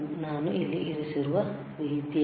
ನಾನು ಇಲ್ಲಿ ಇರಿಸಿರುವ ರೀತಿಯಲ್ಲಿ